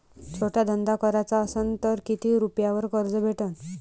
छोटा धंदा कराचा असन तर किती रुप्यावर कर्ज भेटन?